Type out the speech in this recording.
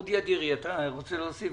אודי אדירי, אתה רוצה להוסיף?